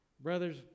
brothers